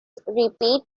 repeat